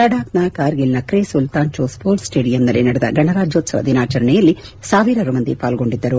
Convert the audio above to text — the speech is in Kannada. ಲಡಾಖ್ನ ಕಾರ್ಗಿಲ್ನ ಕ್ರೀ ಸುಲ್ತಾನ್ ಚೋ ಸ್ಪೋರ್ಟ್ಸ್ ಸ್ವೇಡಿಯಂನಲ್ಲಿ ನಡೆದ ಗಣರಾಜ್ಯೋತ್ಸವ ದಿನಾಚರಣೆಯಲ್ಲಿ ಸಾವಿರಾರು ಮಂದಿ ಪಾಲ್ಗೊಂಡಿದ್ದರು